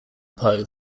poe